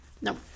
No